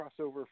crossover